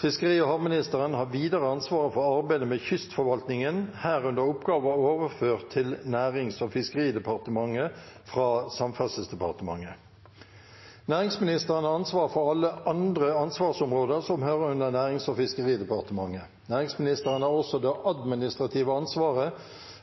Fiskeri- og havministeren har videre ansvaret for arbeidet med kystforvaltningen, herunder oppgaver overført til Nærings- og fiskeridepartementet fra Samferdselsdepartementet. Næringsministeren har ansvaret for alle andre ansvarsområder som hører under Nærings- og fiskeridepartementet. Næringsministeren har også det administrative ansvaret